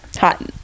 hot